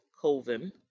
Colvin